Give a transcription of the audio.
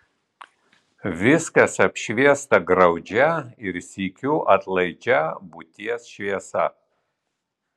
viskas apšviesta graudžia ir sykiu atlaidžia būties šviesa